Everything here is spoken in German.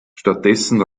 stattdessen